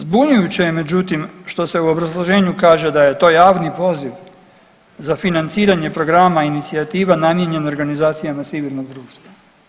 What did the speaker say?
Zbunjujuće je međutim što se u obrazloženju kaže da je to javni poziv za financiranje programa inicijativa namijenjen organizacijama civilnog društva.